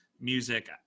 music